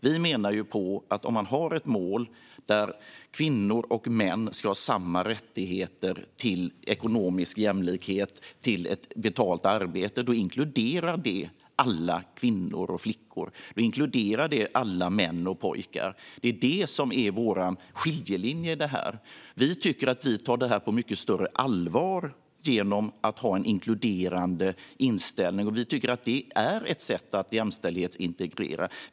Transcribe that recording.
Vi menar att om man har ett mål där kvinnor och män ska ha samma rättigheter till ekonomisk jämlikhet och till ett betalt arbete inkluderar detta alla kvinnor och flickor och alla män och pojkar. Det är det som är vår skiljelinje i detta. Vi tycker att vi tar det här på mycket större allvar genom att ha en inkluderande inställning, och vi tycker att det är ett sätt att jämställdhetsintegrera.